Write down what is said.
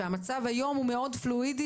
שהמצב היום מאוד פלואידי